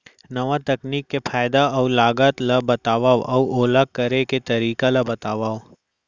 नवा तकनीक के फायदा अऊ लागत ला बतावव अऊ ओला करे के तरीका ला बतावव?